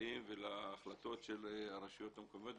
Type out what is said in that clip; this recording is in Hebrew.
שנמצאים ולהחלטות של הרשויות המקומיות,